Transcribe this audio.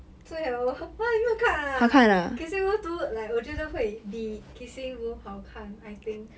so you never ha 你没有看啊 kissing booth two 我觉得会比 kissing booth 好看 I think